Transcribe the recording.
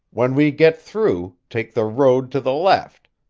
when we get through, take the road to the left.